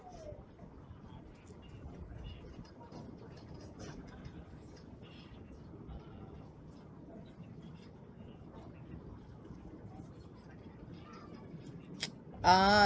ah